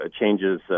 changes